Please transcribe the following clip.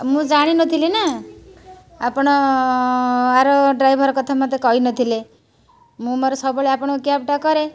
ମୁଁ ଜାଣିନଥିଲି ନା ଆପଣ ଆର ଡ୍ରାଇଭର୍ କଥା ମୋତେ କହିନଥିଲେ ମୁଁ ମୋର ସବୁବେଳେ ଆପଣଙ୍କ କ୍ୟାବ୍ଟା କରେ